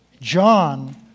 John